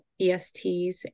ESTs